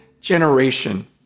generation